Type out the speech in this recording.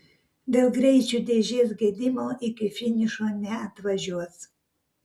dėl greičių dėžės gedimo iki finišo neatvažiuos